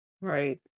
Right